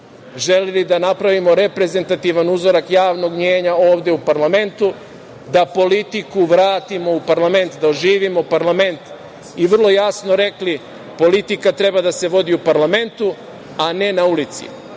želeli da napravimo reprezentativan uzorak javnog mnjenja ovde u parlamentu, da politiku vratimo u parlament, da oživimo parlament i vrlo jasno rekli – politika treba da se vodi u parlamentu, a ne na ulici.